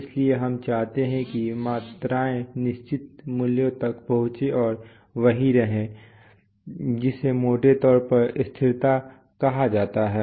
इसलिए हम चाहते हैं कि मात्राएँ निश्चित मूल्यों तक पहुँचें और वहीं रहें जिसे मोटे तौर पर स्थिरता कहा जाता है